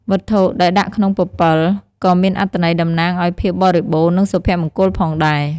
វត្ថុដែលដាក់ក្នុងពពិល ក៏មានអត្ថន័យតំណាងឱ្យភាពបរិបូរណ៍ និងសុភមង្គលផងដែរ។